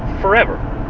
forever